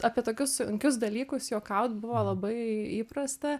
apie tokius sunkius dalykus juokauti buvo labai įprasta